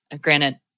granted